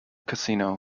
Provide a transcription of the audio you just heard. casino